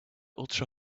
ultra